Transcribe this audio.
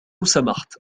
سمحت